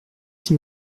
six